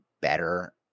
better